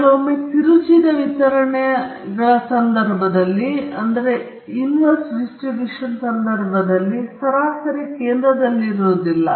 ಕೆಲವೊಮ್ಮೆ ತಿರುಚಿದ ವಿತರಣೆಗಳ ಸಂದರ್ಭದಲ್ಲಿ ಸರಾಸರಿ ಕೇಂದ್ರದಲ್ಲಿರುವುದಿಲ್ಲ